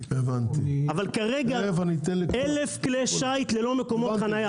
אבל כרגע 1000 כלי שיט ללא מקומות חנייה.